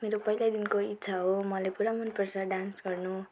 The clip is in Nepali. मेरो पहिल्यैदेखिको इच्छा हो मलाई पुरा मनपर्छ डान्स गर्नु